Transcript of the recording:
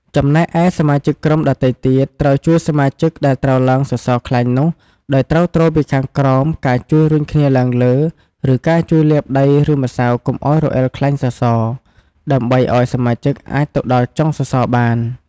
ចំណែកឯសមាជិកក្រុមដទៃទៀត ត្រូវជួយសមាជិកដែលត្រូវឡើងសសរខ្លាញ់នោះ ដោយត្រូវទ្រពីខាងក្រោម ការជួយរុញគ្នាឡើងលើ ឬការជួយលាបដីឬម្រៅកុំអោយរអិលខ្លាញ់សសរ ដើម្បីឱ្យសមាជិកអាចទៅដល់ចុងសសរបាន។